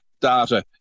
data